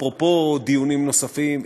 אפרופו דיונים נוספים,